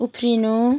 उफ्रिनु